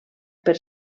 per